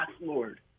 Lord